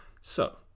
So